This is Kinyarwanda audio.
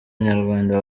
nyarwanda